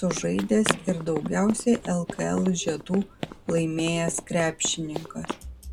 sužaidęs ir daugiausiai lkl žiedų laimėjęs krepšininkas